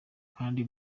kandi